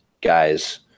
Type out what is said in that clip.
guys